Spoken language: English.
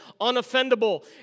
Unoffendable